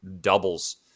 doubles